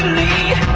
the